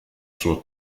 suo